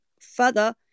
further